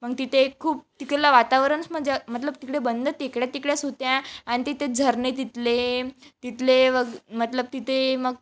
मग तिथे खूप तिकललं वातावरणच मंज मतलब तिकडे बंद तिकडे तिकडेच हुत्या आणि तिथे झरने तिथले तिथले वग मतलब तिथे मग